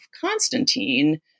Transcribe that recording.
Constantine